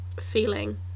feeling